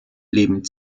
leben